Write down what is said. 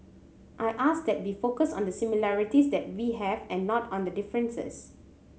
I ask that we focus on the similarities that we have and not on the differences